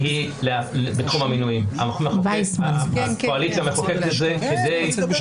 מתוך פנייה עמוקה לדיאלוג עם היושב-ראש.